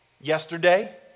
Yesterday